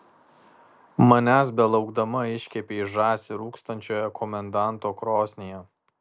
manęs belaukdama iškepei žąsį rūkstančioje komendanto krosnyje